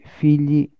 figli